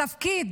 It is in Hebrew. התפקיד